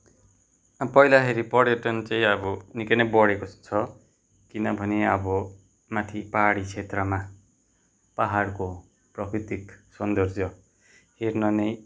अब पहिला हेरी पर्यटन चाहिँ अब निकै नै बढेको छ किनभने अब माथि पाहाडी क्षेत्रमा पाहाडको प्राकृतिक सौन्दर्य हेर्न नै